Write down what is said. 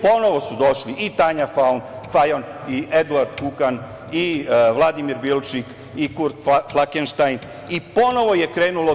Ponovo su doši i Tanja Fajon i Eduard Kukan i Vladimir Bilčik i Kurt Flakenštajn i ponovo je krenulo to.